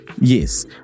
yes